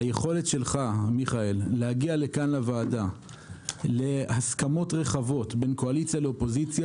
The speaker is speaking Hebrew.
היכולת שלך מיכאל להגיע לכאן לוועדה להסכמות רחבת בין קואליציה לאופוזיציה